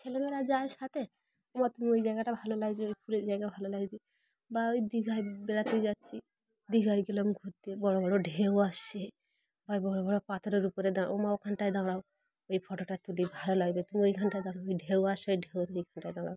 ছেলেমেয়েরা যায় সাথে ওমা তুমি ওই জায়গাটা ভালো লাগছে ওই ফুলের জায়গায় ভালো লাগছে বা ওই দীঘায় বেড়াতে যাচ্ছি দীঘায় গেলাম ঘুরতে বড়ো বড়ো ঢেউ আসছে বা বড়ো বড়ো পাথরের উপরে দাঁড়ও ওমা ওখানট দাঁড়ও ওই ফটোটা তুলে ভাল লাগবে তুমি ওইখানট দাঁড়ও ওই ঢেউ আসো ওই ঢেউইখানট দাঁড়ও